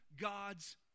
God's